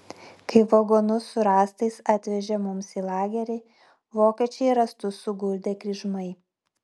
kai vagonus su rąstais atvežė mums į lagerį vokiečiai rąstus suguldė kryžmai